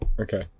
Okay